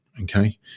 okay